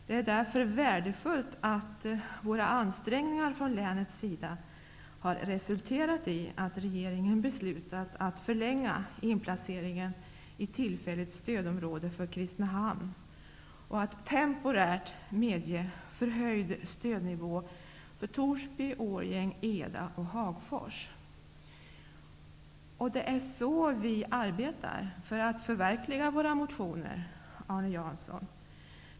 Därför är det värdefullt att våra ansträngningar för länet har resulterat i att regeringen har beslutat att förlänga inplaceringen i tillfälligt stödområde för Kristinehamn och att temporärt medge förhöjd stödnivå för Torsby, Det är så vi arbetar, Arne Jansson, för att förverkliga våra motioner.